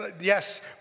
yes